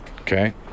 Okay